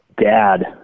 dad